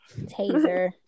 Taser